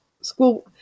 school